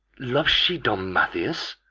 loves she don mathias?